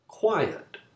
Quiet